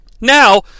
Now